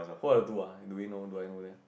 who are the two ah do we know do I know them